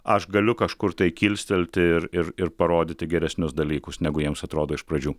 aš galiu kažkur tai kilstelti ir ir parodyti geresnius dalykus negu jiems atrodo iš pradžių